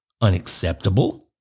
Unacceptable